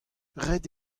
ret